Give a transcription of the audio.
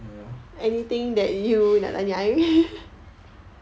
ya